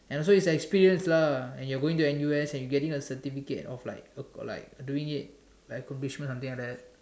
and also it's experience lah and you're going to N_U_S and you getting a certificate of like of like doing it like accomplishment something like that